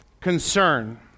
concern